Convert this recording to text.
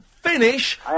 finish